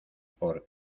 por